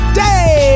day